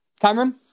Cameron